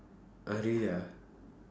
early ah